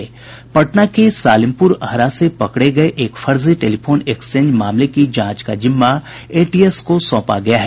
पटना के सालिमपुर अहरा से पकड़े गये एक फर्जी टेलीफोन एक्सचेंज मामले की जांच का जिम्मा एटीएस को सौंपा गया है